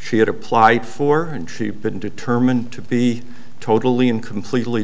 she had applied for and she been determined to be totally and completely